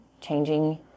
changing